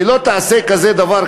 לא תעשה כזה דבר,